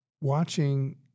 watching